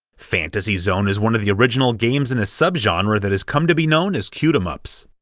fantasy zone is one of the original games in a sub-genre that has come to be known as cute-em-ups.